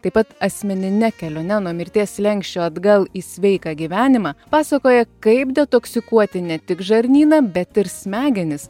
taip pat asmenine kelione nuo mirties slenksčio atgal į sveiką gyvenimą pasakoja kaip detoksikuoti ne tik žarnyną bet ir smegenis